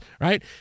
right